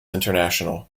international